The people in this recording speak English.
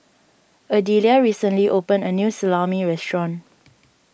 Adelia recently opened a new Salami restaurant